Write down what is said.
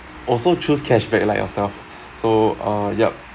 also choose cash back like yourself so uh yup